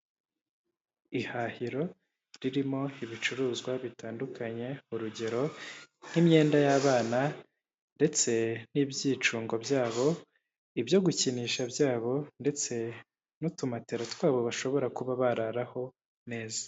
Ihahiro ririmo ibicuruzwa bitandukanye, urugero nk'imyenda y'abana ndetse n'ibyicungo byabo, ibyo gukinisha byabo, ndetse n'utumatera twabo bashobora kuba bararaho neza.